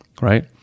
Right